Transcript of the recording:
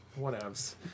whatevs